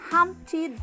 Humpty